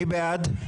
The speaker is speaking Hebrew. מי בעד?